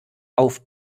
auf